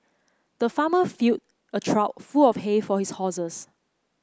the farmer filled a trough full of hay for his horses